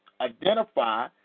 identify